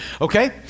okay